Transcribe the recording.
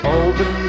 open